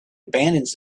abandons